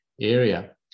area